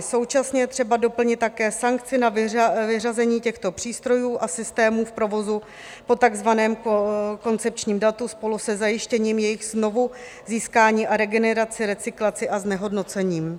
Současně je třeba doplnit také sankci na vyřazení těchto přístrojů a systémů v provozu po takzvaném koncepčním datu spolu se zajištěním jejich znovuzískání, regenerací, recyklací a znehodnocením.